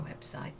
website